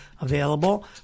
available